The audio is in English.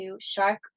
shark